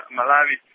Malawi